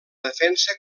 defensa